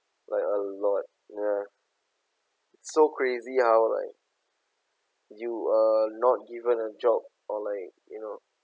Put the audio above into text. like a lot ya so crazy how like you are not given a job or like you know